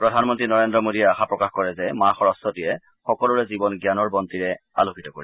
প্ৰধানমন্ত্ৰী নৰেন্দ্ৰ মোডীয়ে আশা প্ৰকাশ কৰে যে মা সৰস্বতীয়ে সকলোৰে জীৱন জ্ঞানৰ বন্তিৰে আলোকিত কৰিব